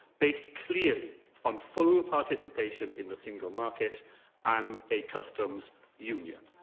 based clearly on full participation in the single market and a customs union.